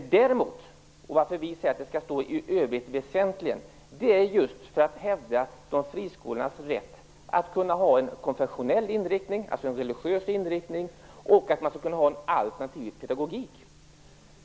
Skälet till att vi tycker att det skall stå "i övrigt väsentligen" är däremot att vi vill hävda friskolornas rätt att kunna ha konfessionell, dvs. religiös, inriktning samt en alternativ pedagogik.